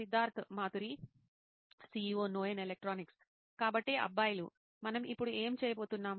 Siddharth Maturi CEO నోయిన్ electronics కాబట్టి అబ్బాయిలు మనం ఇప్పుడు ఏమి చేయబోతున్నాం